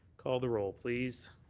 call the role, please.